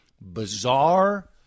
bizarre